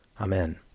Amen